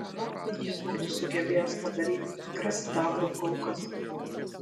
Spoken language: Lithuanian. manau jis būtų sugebėjęs padaryti tikras sidabro kulkas